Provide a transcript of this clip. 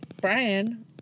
Brian